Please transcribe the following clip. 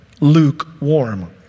lukewarm